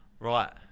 Right